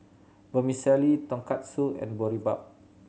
Vermicelli Tonkatsu and Boribap